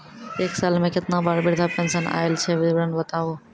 एक साल मे केतना बार वृद्धा पेंशन आयल छै विवरन बताबू?